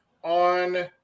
On